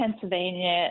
Pennsylvania